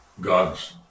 God's